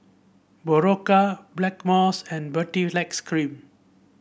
Berocca Blackmores and Baritex Cream